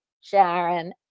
Sharon